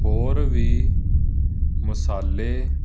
ਹੋਰ ਵੀ ਮਸਾਲੇ